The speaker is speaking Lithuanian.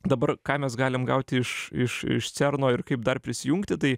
dabar ką mes galim gauti iš iš iš cerno ir kaip dar prisijungti tai